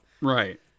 Right